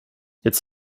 jetzt